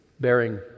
bearing